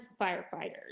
firefighters